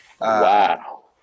Wow